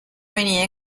many